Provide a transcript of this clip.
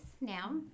now